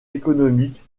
économique